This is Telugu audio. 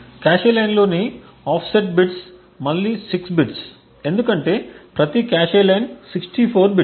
కాష్ లైన్లోని ఆఫ్సెట్ బిట్స్ మళ్లీ 6 బిట్స్ ఎందుకంటే ప్రతి కాష్ లైన్ 64 బిట్స్